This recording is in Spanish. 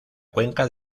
cuenca